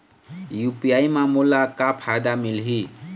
UPI म मोला का फायदा मिलही?